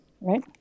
Right